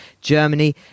Germany